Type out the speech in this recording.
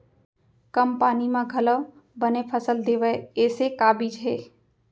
कम पानी मा घलव बने फसल देवय ऐसे का बीज हे?